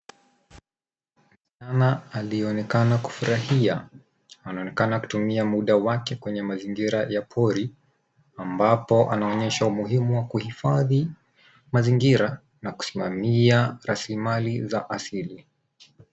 Mama anayeonekana kufurahia anaonekana kutumia muda wake kwenye mazingira ya pori, ambapo anaonyesha umuhimu wa kuhifadhi mazingira na kusimamia rasilimali za asili.